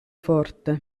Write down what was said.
forte